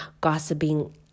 gossiping